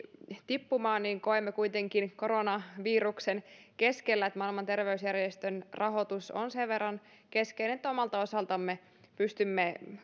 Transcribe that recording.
tippumaan koemme kuitenkin koronaviruksen keskellä että maailman terveysjärjestön rahoitus on sen verran keskeinen että omalta osaltamme pystymme